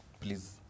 Please